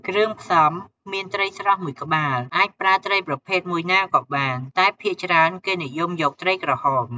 គ្រឿងផ្សំមានត្រីស្រស់ ១ ក្បាលអាចប្រើត្រីប្រភេទមួយណាក៏បាន តែភាគច្រើនគេនិយមយកត្រីក្រហម។